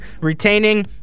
retaining